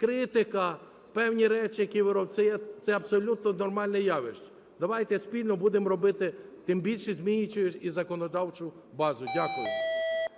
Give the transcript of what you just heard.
критика, певні речі, які ви робите, це абсолютно нормальне явище. Давайте спільно будемо робити, тим більше змінюючи і законодавчу базу. Дякую.